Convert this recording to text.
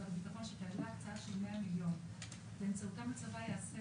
הביטחון שכללה הצעה של 100 מיליון באמצעותם הצבא יעשה